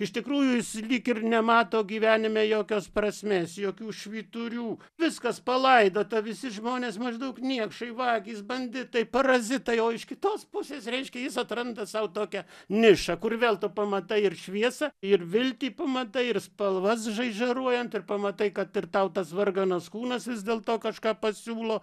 iš tikrųjų jis lyg ir nemato gyvenime jokios prasmės jokių švyturių viskas palaidota visi žmonės maždaug niekšai vagys banditai parazitai o iš kitos pusės reiškia jis atranda sau tokią nišą kur vėl tu pamatai ir šviesą ir viltį pamatai ir spalvas žaižaruojant ir pamatai kad ir tau tas varganas kūnas vis dėlto kažką pasiūlo